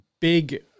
big